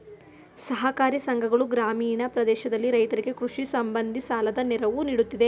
ಸಹಕಾರಿ ಸಂಘಗಳು ಗ್ರಾಮೀಣ ಪ್ರದೇಶದಲ್ಲಿ ರೈತರಿಗೆ ಕೃಷಿ ಸಂಬಂಧಿ ಸಾಲದ ನೆರವು ನೀಡುತ್ತಿದೆ